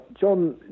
John